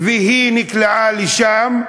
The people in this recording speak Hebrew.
והיא נקלעה לשם באקראי,